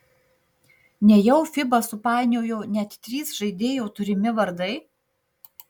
nejau fiba supainiojo net trys žaidėjo turimi vardai